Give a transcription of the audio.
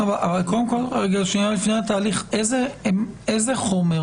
שנייה לפני התהליך, איזה חומר